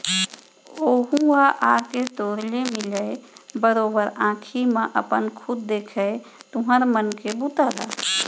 ओहूँ ह आके तोर ले मिलय, बरोबर आंखी म अपन खुद देखय तुँहर मन के बूता ल